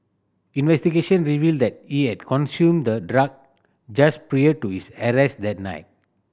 investigation revealed that he had consumed the drug just prior to his arrest that night